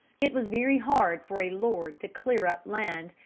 it was very hard for a lord to clear up land,